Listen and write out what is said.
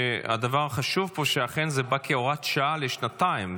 שהדבר החשוב פה הוא שאכן זה בא כהוראת שעה לשנתיים.